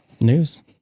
News